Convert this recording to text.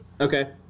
Okay